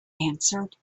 answered